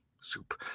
soup